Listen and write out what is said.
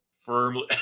Firmly